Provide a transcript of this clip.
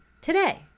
today